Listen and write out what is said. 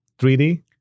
3D